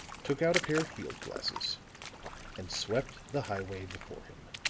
took out a pair of field-glasses and swept the highway before him.